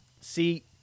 See